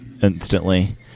instantly